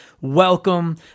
welcome